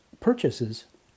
purchases